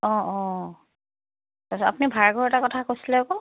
অঁ অঁ তাৰপিছত আপুনি ভাড়ঘৰ এটাৰ কথা কৈছিলে আকৌ